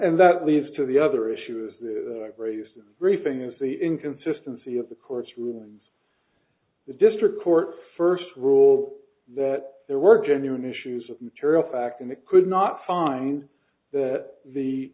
and that leads to the other issues raised briefings the inconsistency of the court's rulings the district court first rule that there were genuine issues of material fact and it could not find that the